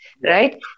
Right